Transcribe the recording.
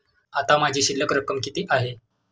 आता माझी शिल्लक रक्कम किती आहे?